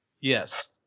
Yes